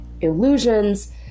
illusions